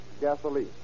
gasoline